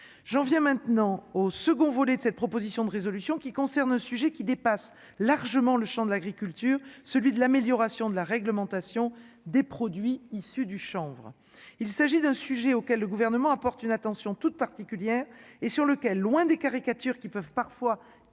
j'en viens maintenant au second volet de cette proposition de résolution qui concerne un sujet qui dépasse largement le Champ de l'agriculture, celui de l'amélioration de la réglementation des produits issus du chanvre, il s'agit d'un sujet auquel le gouvernement apporte une attention toute particulière, et sur lequel, loin des caricatures qui peuvent parfois